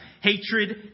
hatred